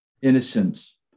Innocence